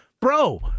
bro